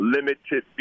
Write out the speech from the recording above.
Limited